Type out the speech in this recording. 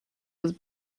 was